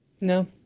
No